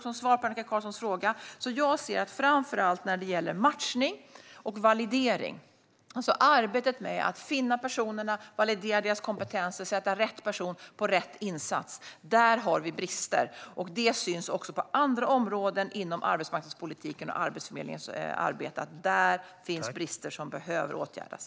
Som svar på Annika Qarlssons fråga säger jag: Det gäller framför allt matchning och validering, alltså arbetet med att finna personer, validera deras kompetenser och sätta rätt person på rätt insats. Där har vi brister. Det syns också på andra områden inom arbetsmarknadspolitiken och i Arbetsförmedlingens arbete. Där finns det brister som behöver åtgärdas.